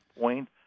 point